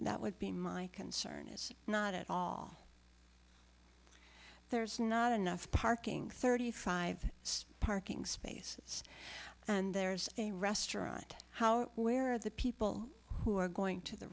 that would be my concern is not at all there's not enough parking thirty five parking spaces and there's a restaurant how where the people who are going to the